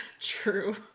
true